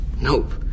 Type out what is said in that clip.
Nope